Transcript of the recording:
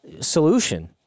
solution